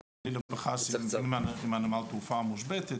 וחס וחלילה אם נמל התעופה מושבת,